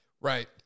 Right